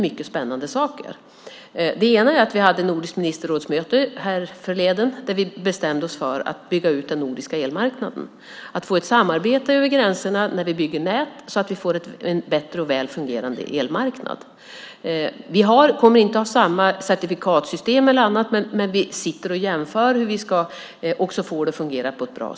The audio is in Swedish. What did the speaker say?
Vi hade nordiskt ministerråds-möte härförleden där vi bestämde oss för att bygga ut den nordiska elmarknaden. Vi ska samarbeta över gränserna när vi bygger nät så att vi får en bättre och väl fungerande elmarknad. Vi kommer inte att ha samma certifikatssystem, men vi jämför hur vi ska få det att fungera på ett bra sätt.